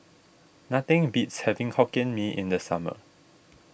nothing beats having Hokkien Mee in the summer